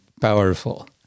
powerful